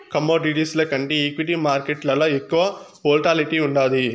కమోడిటీస్ల కంటే ఈక్విటీ మార్కేట్లల ఎక్కువ వోల్టాలిటీ ఉండాది